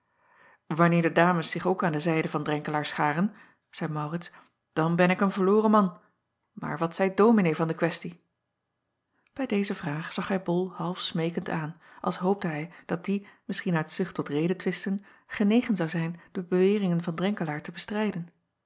anneer de dames zich ook aan de zijde van renkelaer scharen zeî aurits dan ben ik een verloren man maar wat zeit ominee van de questie ij deze vraag zag hij ol half smeekend aan als hoopte hij dat die misschien uit zucht tot redetwisten genegen zou zijn de beweringen van renkelaer te bestrijden